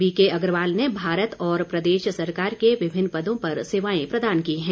BK Agarwal ने भारत और प्रदेश सरकार के विभिन्न पदों पर सेवाएं प्रदान की हैं